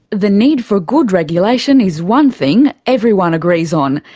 the need for good regulation is one thing everyone agrees on,